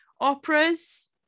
operas